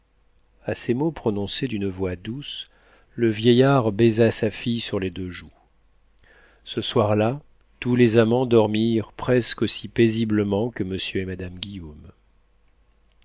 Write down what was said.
a ces mots prononcés d'une voix douce le vieillard baisa sa fille sur les deux joues ce soir-là tous les amants dormirent presque aussi paisiblement que monsieur et madame guillaume